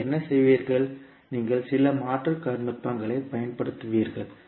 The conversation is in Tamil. நீங்கள் என்ன செய்வீர்கள் நீங்கள் சில மாற்று நுட்பங்களைப் பயன்படுத்துவீர்கள்